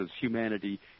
humanity